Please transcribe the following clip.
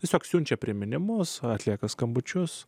tiesiog siunčia priminimus o atlieka skambučius